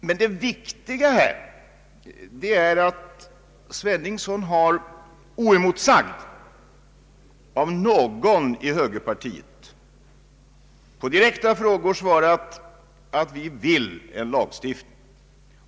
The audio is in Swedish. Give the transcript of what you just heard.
Men det viktiga är att herr Sveningsson oemotsagd av någon i högerpartiet har svarat på direkta frågor att man här vill ha en lagstiftning.